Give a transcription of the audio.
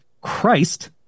Christ